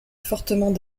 fortement